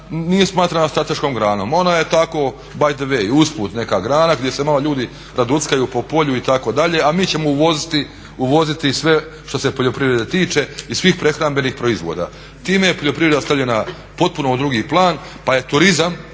nije smatrana strateškom granom, ona je tako by the way, usput neka grana gdje se malo ljudi daduckaju po polju itd., a mi ćemo uvoziti sve što se poljoprivrede tiče i svih prehrambenih proizvoda. Time je poljoprivreda stavljena potpuno u drugi plan pa je turizam